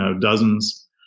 dozens